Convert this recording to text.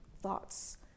thoughts